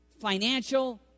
financial